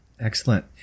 Excellent